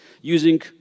using